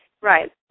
Right